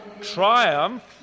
triumph